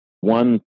one